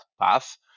path